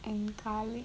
and garlic